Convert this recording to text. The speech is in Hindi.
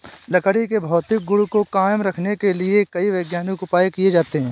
लकड़ी के भौतिक गुण को कायम रखने के लिए कई वैज्ञानिक उपाय किये जाते हैं